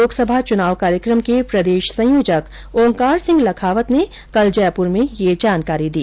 लोकसभा चुनाव कार्यक्रम के प्रदेश संयोजक ओंकार सिंह लखावत ने कल जयपुर में ये जानकारी दी